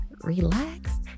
relax